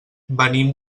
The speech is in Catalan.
venim